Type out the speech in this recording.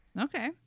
Okay